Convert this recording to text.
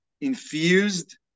infused